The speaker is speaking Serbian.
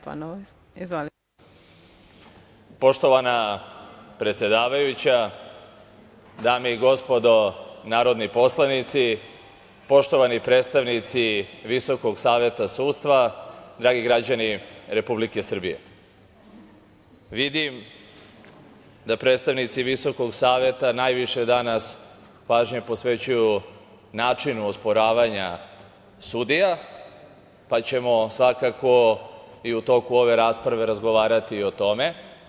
Poštovana predsedavajuća, dame i gospodo narodni poslanici, poštovani predstavnici VSS, dragi građani Republike Srbije, vidim da predstavnici Visokog saveta najviše danas pažnje posvećuju načinu osporavanja sudija, pa ćemo svakako i u toku ove rasprave razgovarati o tome.